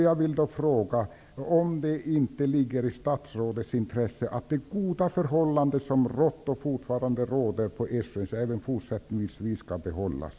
Jag vill fråga: Ligger det inte i statsrådets intresse att det goda förhållande som rått och fortfarande råder på Esrange även fortsättningsvis skall behållas?